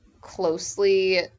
closely